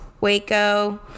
Waco